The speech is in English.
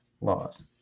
laws